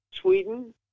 Sweden